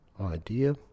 idea